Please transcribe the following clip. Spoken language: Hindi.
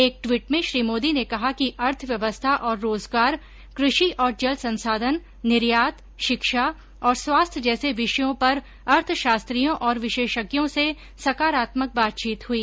एक ट्वीट में श्री मोदी ने कहा कि अर्थव्यवस्था और रोजगार कृषि और जल संसाधन निर्यात शिक्षा और स्वास्थ्य जैसे विषयों पर अर्थशास्त्रियों और विशेषज्ञों से सकारात्मक बातचीत हुई